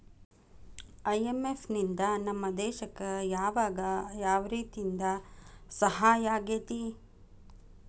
IMF ನಿಂದಾ ನಮ್ಮ ದೇಶಕ್ ಯಾವಗ ಯಾವ್ರೇತೇಂದಾ ಸಹಾಯಾಗೇತಿ?